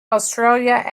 australia